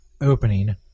opening